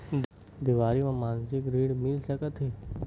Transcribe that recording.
देवारी म मासिक ऋण मिल सकत हे?